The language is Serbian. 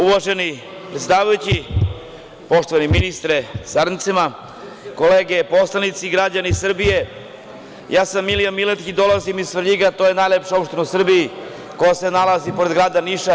Uvaženi predsedavajući, poštovani ministre sa saradnicima, kolege poslanici, građani Srbije, ja sam Milija Miletić i dolazim iz Svrljiga, to je najlepša opština u Srbiji koja se nalazi pored grada Niša.